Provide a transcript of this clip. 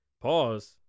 Pause